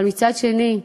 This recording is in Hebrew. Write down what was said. אבל מצד שני,